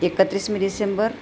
એકત્રીસમી December